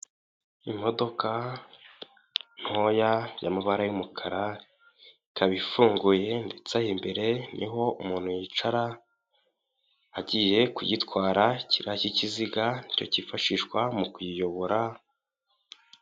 Imodoka ntoya y'amabara y'umukara ikaba ifunguye ndetse aha imbere niho umuntu yicara agiye kugitwara kiriya k'ikiziga nicyo kifashishwa mu kuyiyobora.